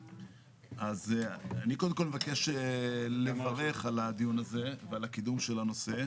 אני מבקש לברך על הדיון הזה ועל הקידום של הנושא.